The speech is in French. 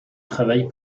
travail